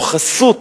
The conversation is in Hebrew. או: חסות